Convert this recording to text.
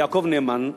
יעקב נאמן,